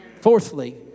Fourthly